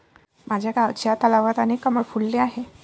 माझ्या गावच्या तलावात अनेक कमळ फुलले आहेत